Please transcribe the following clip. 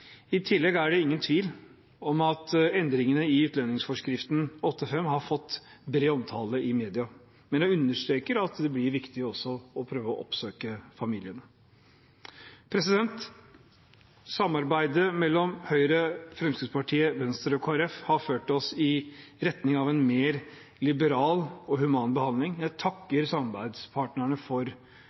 I tillegg er det ingen tvil om at endringene i utlendingsforskriftens § 8-5 har fått bred omtalte i media, men jeg understreker at det blir viktig også å prøve å oppsøke familiene. Samarbeidet mellom Høyre, Fremskrittspartiet, Venstre og Kristelig Folkeparti har ført oss i retning av en mer liberal og human behandling. Jeg takker samarbeidspartnerne for